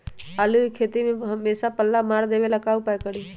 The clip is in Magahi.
आलू के खेती में हमेसा पल्ला मार देवे ला का उपाय करी?